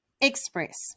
Express